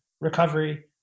recovery